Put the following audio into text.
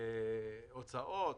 הוצאות,